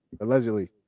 allegedly